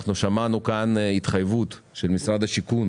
אנחנו שמענו כאן התחייבות של משרד השיכון